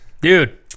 dude